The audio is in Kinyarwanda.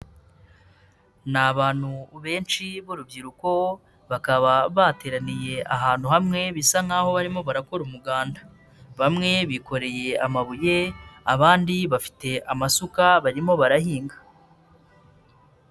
Ni abantu benshi b'urubyiruko, bakaba bateraniye ahantu hamwe bisa nk'aho barimo barakora umuganda. Bamwe bikoreye amabuye abandi bafite amasuka barimo barahinga.